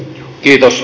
kiitos